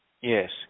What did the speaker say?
Yes